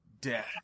death